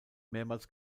mehrmals